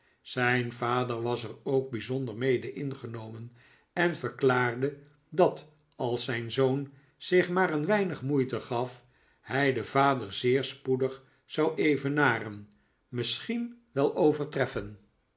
zijn vader was er ook bijzonder mede ingenomen en verklaarde dat als zijn zoon zich maar een weinig moeite gaf hij den vader zeer spoedig zou evenaren misschien wel overtreffen